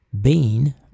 Bean